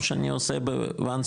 או שאני עושה צעד אחד?